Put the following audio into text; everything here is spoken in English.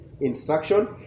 instruction